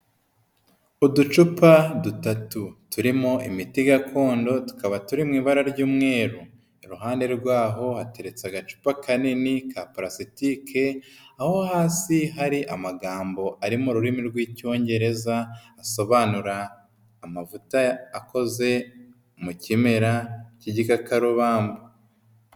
Uducupa dutatu turimo imiti gakondo tukaba turi mu ibara ry'umweru, iruhande rwaho hateretse agacupa kanini ka parasasitike aho hasi hari amagambo ari mu rurimi rw'icyongereza asobanura amavuta akoze mu kimera cy'igikakarubamba.